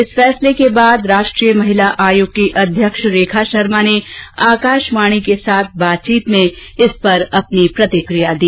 इस फैसले के बाद राष्ट्रीय महिला आयोग की अध्यक्ष रेखा शर्मा ने आकाशवाणी के साथ बातचीत में इस पर अपनी प्रतिक्रिया दी